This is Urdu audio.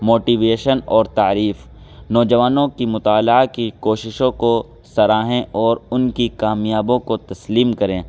موٹیویشن اور تعریف نوجوانوں کی مطالعہ کی کوششوں کو سراہیں اور ان کی کامیابیوں کو تسلیم کریں